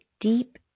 deep